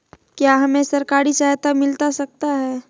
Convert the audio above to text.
क्या हमे सरकारी सहायता मिलता सकता है?